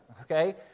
okay